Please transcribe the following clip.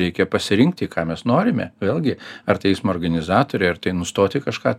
reikia pasirinkti ką mes norime vėlgi ar teismo organizatoriai ar tai nustoti kažką